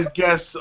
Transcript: guess